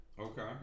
Okay